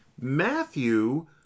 Matthew